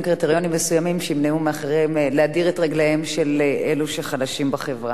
קריטריונים מסוימים שימנעו מאחרים להדיר את רגליהם של החלשים בחברה.